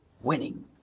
winning